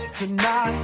tonight